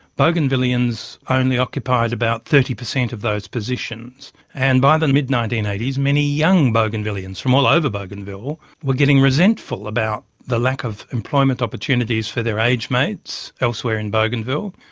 bougainvilleans only occupied about thirty percent of those positions, and by the mid nineteen eighty s many young bougainvilleans from all over bougainville were getting resentful about the lack of employment opportunities for their age mates elsewhere in bougainville,